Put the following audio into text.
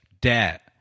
debt